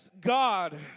God